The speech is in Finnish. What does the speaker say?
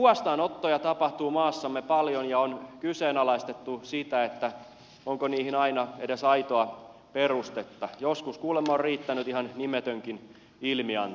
huostaanottoja tapahtuu maassamme paljon ja on kyseenalaistettu sitä onko niihin aina edes aitoa perustetta joskus kuulemma on riittänyt ihan nimetönkin ilmianto